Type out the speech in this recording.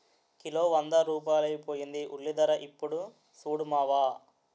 kilo వంద రూపాయలైపోయింది ఉల్లిధర యిప్పుడు సూడు మావా